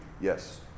Yes